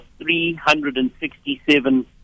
367